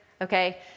okay